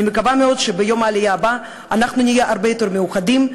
אני מקווה מאוד שביום העלייה הבא אנחנו נהיה הרבה יותר מאוחדים,